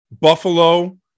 Buffalo